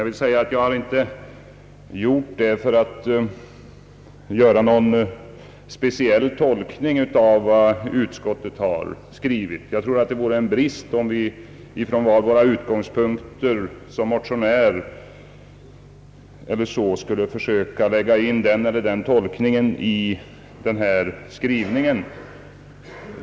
Jag har emellertid inte begärt ordet för att göra någon speciell tolkning av vad utskottet skrivit. Jag tror att det skulle vara ett fel om vi som motionärer från våra utgångspunkter skulle försöka lägga in en viss tolkning i utskottets skrivning.